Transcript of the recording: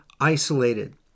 Isolated